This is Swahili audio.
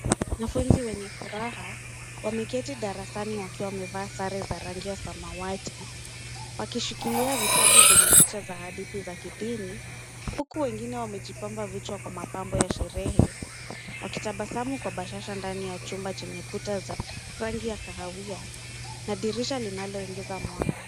Wanafunzi wenye furaha wameketi darasani wakiwa wamevaa sare za rangi ya samawati wakishikilia vitabu vyenye picha za hadithi za kidini huku wengine wamejipamba vichwa kwa mapambo ya sherehe, wakitabasamu kwa bashasha ndani ya chumba chenye kuta za rangi ya kahawia na dirisha linaloingiza mwanga.